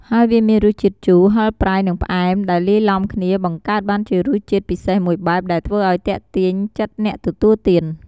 ហើយវាមានរសជាតិជូរ ហឹរ ប្រៃ និងផ្អែម ដែលលាយឡំគ្នា បង្កើតបានជារសជាតិពិសេសមួយបែប ដែលធ្វើឱ្យទាក់ទាញចិត្តអ្នកទទួលទាន។